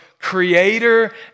creator